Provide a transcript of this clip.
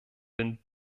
den